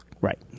Right